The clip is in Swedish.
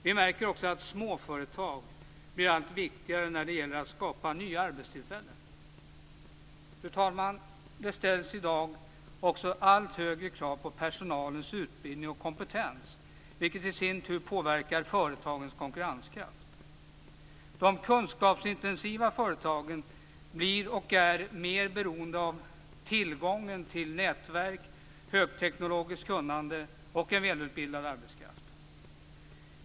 Vi märker också att småföretagen blir allt viktigare när det gäller att skapa nya arbetstillfällen. Fru talman! Det ställs i dag allt högre krav på personalens utbildning och kompetens, vilket i sin tur påverkar företagens konkurrenskraft. De kunskapsintensiva företagen blir och är mer beroende av tillgången till nätverk, högteknologiskt kunnande och välutbildad arbetskraft.